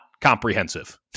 comprehensive